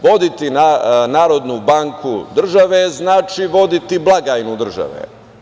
Voditi Narodnu banku države znači voditi blagajnu države.